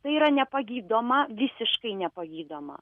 tai yra nepagydoma visiškai nepagydoma